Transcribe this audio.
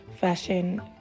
fashion